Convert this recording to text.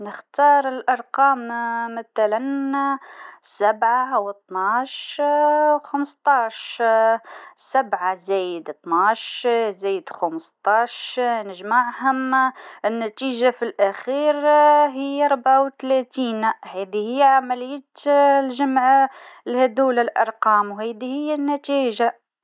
نجم نقول الأرقام خسمه وعشره وخمستاش إذا نجمعهم، تكون النتيجة تلاتين هذي عملية بسيطة، لكن تفرحني الحسابات!